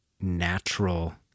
natural